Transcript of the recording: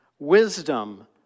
Wisdom